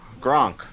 Gronk